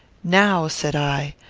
now, said i,